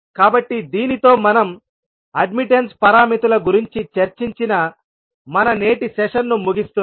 కాబట్టి దీనితో మనం అడ్మిట్టన్స్ పారామితుల గురించి చర్చించిన మన నేటి సెషన్ను ముగిస్తున్నాం